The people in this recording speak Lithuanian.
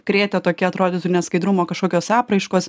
krėtė tokia atrodytų neskaidrumo kažkokios apraiškos